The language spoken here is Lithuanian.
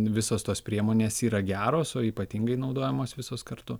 visos tos priemonės yra geros o ypatingai naudojamos visos kartu